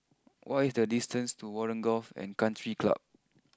what is the distance to Warren Golf and country Club